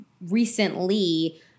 recently